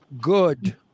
good